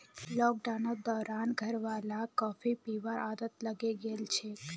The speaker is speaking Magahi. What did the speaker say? लॉकडाउनेर दौरान घरवालाक कॉफी पीबार आदत लागे गेल छेक